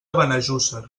benejússer